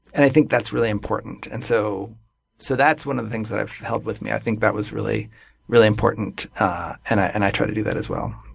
and i think that's really important. and so so that's one of the things i've held with me. i think that was really really important and i and i try to do that, as well.